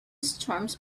storms